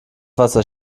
wasser